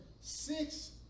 six